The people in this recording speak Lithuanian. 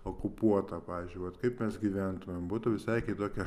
okupuota pavyzdžiui vat kaip mes gyventumėm būtų visai kitokia